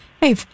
Hey